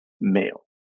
male